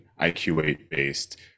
IQ8-based